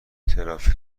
ترافیک